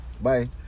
Bye